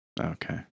okay